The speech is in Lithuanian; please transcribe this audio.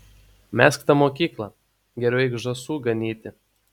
mesk tą mokyklą geriau eik žąsų ganyti